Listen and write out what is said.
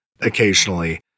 occasionally